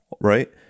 Right